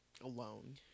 alone